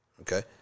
Okay